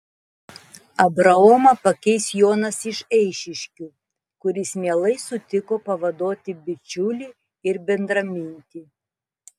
abraomą pakeis jonas iš eišiškių kuris mielai sutiko pavaduoti bičiulį ir bendramintį